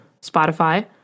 Spotify